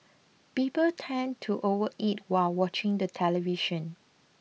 people tend to overeat while watching the television